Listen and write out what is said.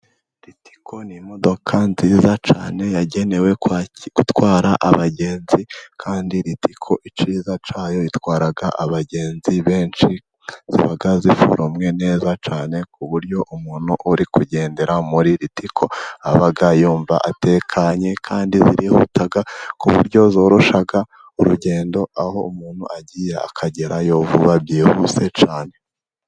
Ritico ni imodoka nziza cyane yagenewe gutwara abagenzi, kandi ritica icyiza cyayo itwara abagenzi benshi, ziba ziforomye neza cyane, ku buryo umuntu uri kugendera muri ritico aba yumva atekanye, kandi birihuta ku buryo zoroshya urugendo aho umuntu agiye akagerayo vuba byihuse cyane.